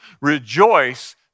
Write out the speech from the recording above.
rejoice